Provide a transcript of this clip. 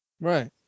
Right